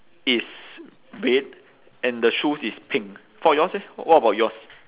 is red and the shoes is pink for yours eh what about yours